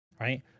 Right